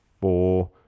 four